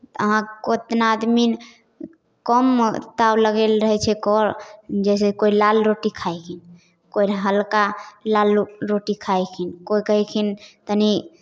अहाँ कोतना आदमी कममे ताव लगायल रहै छै कर जे हइ से कोइ लाल रोटी खयथिन कोइ हल्का लाल रोटी खयथिन कोइ खयथिन तनी